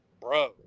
bro